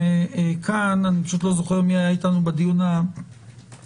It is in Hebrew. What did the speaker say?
אני לא זוכר, מי היה אתנו בדיון הקודם.